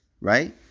Right